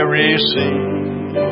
receive